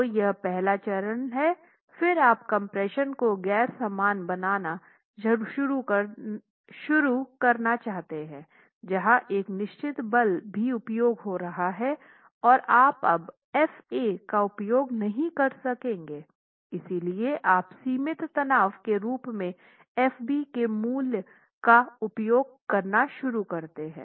तो यह आपका पहला चरण है फिर आप कम्प्रेशन को गैर समान बनाना शुरू करना चाहते हैं जहाँ एक निश्चित बल भी उपयोग हो रहा है और आप अब Fa का उपयोग नहीं कर सकेंगे इसलिए आप सीमित तनाव के रूप में Fb के मूल्य का उपयोग करना शुरू करते हैं